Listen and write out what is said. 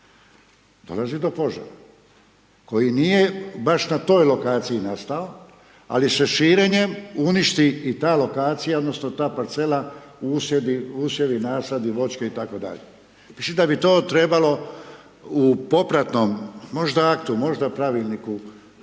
dolazi do požara koji nije baš na toj lokaciji nastao, ali se širenjem uništi i ta lokacija odnosno ta parcela, usjevi, nasadi, voćke itd. Mislim da bi to trebalo u popratnom, možda aktu, možda pravilniku